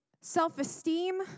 self-esteem